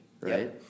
right